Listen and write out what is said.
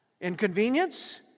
Inconvenience